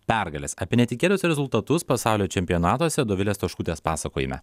pergales apie netikėtus rezultatus pasaulio čempionatuose dovilės stoškutės pasakojime